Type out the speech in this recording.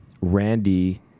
Randy